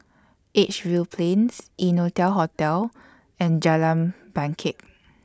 Edgefield Plains Innotel Hotel and Jalan Bangket